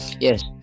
yes